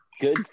Good